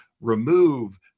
remove